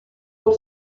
por